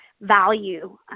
value